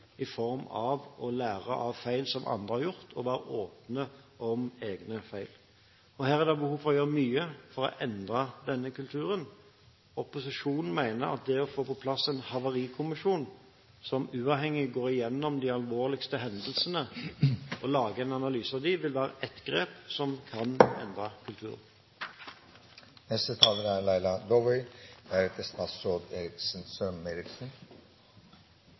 i form av å lære av feil som andre har gjort, og være åpen om egne feil. Her er det behov for å gjøre mye for å endre denne kulturen. Opposisjonen mener at det å få på plass en havarikommisjon som uavhengig går igjennom de alvorligste hendelsene og lager en analyse av dem, vil være ett grep som kan endre kulturen. Det er